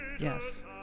Yes